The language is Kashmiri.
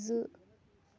زٕ